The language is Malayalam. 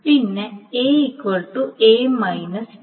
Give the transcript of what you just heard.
പിന്നെ A A t